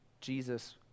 Jesus